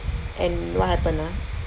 and what happened ah